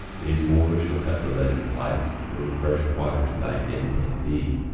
these moors shall cut the leaden pipes that bring fresh water to thy men and thee,